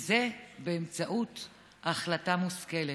זה, באמצעות החלטה מושכלת.